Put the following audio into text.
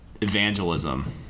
evangelism